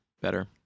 better